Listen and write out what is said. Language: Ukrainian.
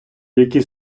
які